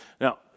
Now